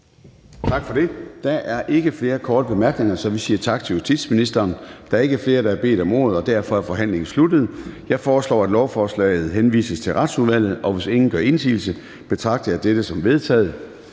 Tak for det. Der er ikke flere korte bemærkninger, så vi siger tak til justitsministeren. Der er ikke flere, der har bedt om ordet, og derfor er forhandlingen sluttet. Jeg foreslår, at lovforslaget henvises til Retsudvalget. Hvis ingen gør indsigelse, betragter jeg det som vedtaget.